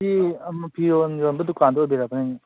ꯁꯤ ꯑꯃ ꯐꯤꯔꯣꯟ ꯌꯣꯟꯕ ꯗꯨꯀꯥꯟꯗꯨ ꯑꯣꯏꯕꯤꯔꯕ ꯏꯅꯦ